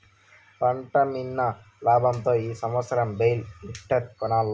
పంటమ్మిన లాబంతో ఈ సంవత్సరం బేల్ లిఫ్టర్ కొనాల్ల